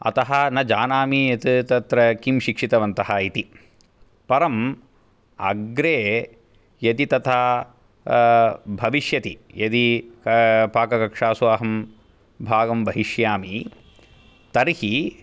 अतः न जानामि यत् तत्र किं शिक्षितवन्तः इति परम् अग्रे यदि तथा भविष्यति यदि पाककक्षासु अहं भागं वहिष्यामि तर्हि